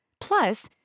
Plus